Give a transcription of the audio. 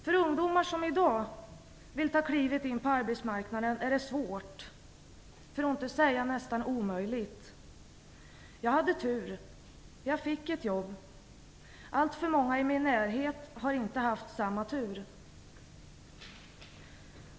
För ungdomar som i dag vill ta klivet in på arbetsmarknaden är detta svårt för att inte säga nästan omöjligt. Jag hade tur - jag fick ett jobb. Alltför många i min närhet har inte haft samma tur.